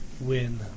win